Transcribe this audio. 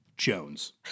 Jones